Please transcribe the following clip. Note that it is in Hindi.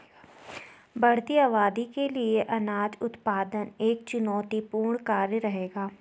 बढ़ती आबादी के लिए अनाज उत्पादन एक चुनौतीपूर्ण कार्य रहेगा